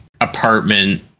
apartment